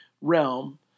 realm